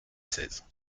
seize